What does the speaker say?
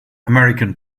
american